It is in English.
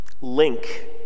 link